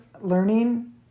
learning